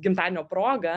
gimtadienio proga